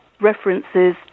references